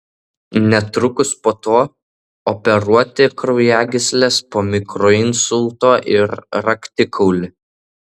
netrukus po to operuoti kraujagysles po mikroinsulto ir raktikaulį